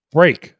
Break